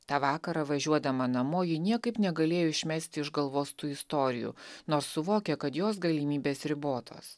tą vakarą važiuodama namo ji niekaip negalėjo išmesti iš galvos tų istorijų nors suvokė kad jos galimybės ribotos